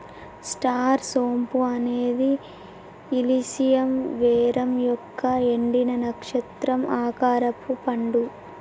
star సోంపు అనేది Illicium verum యొక్క ఎండిన, నక్షత్రం ఆకారపు పండు